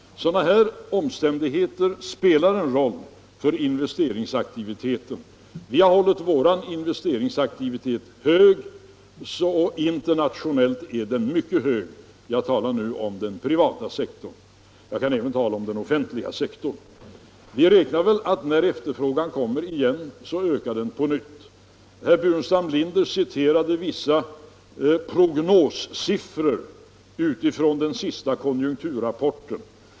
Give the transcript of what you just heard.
Sådana här omständigheter spelar en roll för investeringsaktiviteten. Vi har hållit vår investeringsaktivitet hög. Internationellt är den mycket hög. Jag talar nu om den privata sektorn, men jag kan även tala om den offentliga sektorn. När efterfrågan kommer igen ökas aktiviteten på nytt. Herr Burenstam Linder citerade vissa prognossiffror från den senaste konjunkturrapporten.